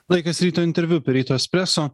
laikas ryto interviu per ryto espreso